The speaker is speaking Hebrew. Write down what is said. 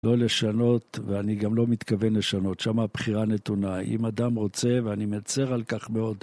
לא לשנות, ואני גם לא מתכוון לשנות. שמה הבחירה נתונה. אם אדם רוצה, ואני מצר על כך מאוד.